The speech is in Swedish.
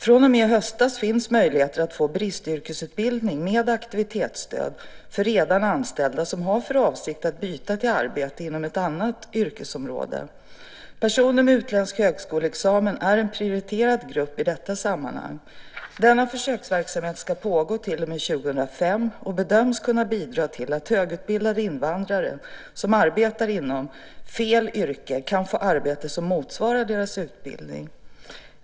Från och med i höstas finns möjligheter att få bristyrkesutbildning med aktivitetsstöd för redan anställda som har för avsikt att byta till arbete inom ett annat yrkesområde. Personer med utländsk högskoleexamen är en prioriterad grupp i detta sammanhang. Denna försöksverksamhet ska pågå till och med 2005 och bedöms kunna bidra till att högutbildade invandrare som arbetar inom fel yrke kan få arbete som motsvarar deras utbildning.